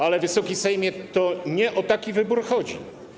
Ale, Wysoki Sejmie, to nie o taki wybór chodzi.